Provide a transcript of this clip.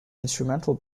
instrumental